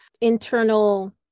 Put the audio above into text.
internal